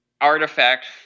artifact